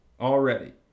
already